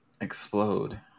explode